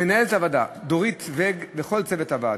מנהלת הוועדה דורית ואג וכל צוות הוועדה.